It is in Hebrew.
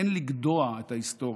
אין לגדוע את ההיסטוריה.